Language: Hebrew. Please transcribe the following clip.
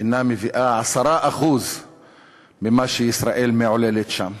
אינה מביאה 10% ממה שישראל מעוללת שם.